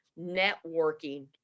networking